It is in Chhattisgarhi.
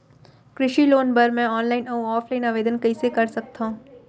कृषि लोन बर मैं ऑनलाइन अऊ ऑफलाइन आवेदन कइसे कर सकथव?